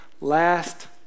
last